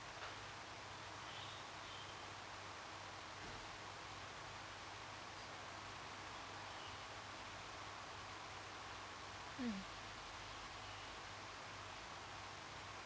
mm